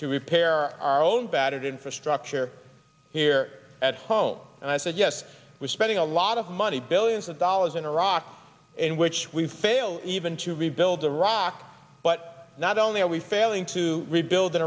to repair our own battered infrastructure here at home and i said yes we're spending a lot of money billions of dollars in iraq in which we fail even to rebuild iraq but not only are we failing to rebuild in